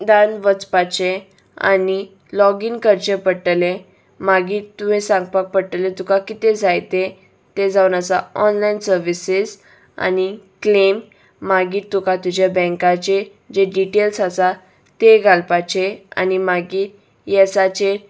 दान वचपाचें आनी लॉगीन करचें पडटलें मागीर तुवें सांगपाक पडटलें तुका कितें जाय तें तें जावन आसा ऑनलायन सर्विसीस आनी क्लेम मागीर तुका तुज्या बँकाचेर जे डिटेल्स आसा ते घालपाचे आनी मागीर येसाचेर